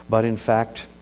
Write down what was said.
but in fact,